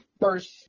first